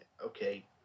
Okay